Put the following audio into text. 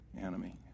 enemy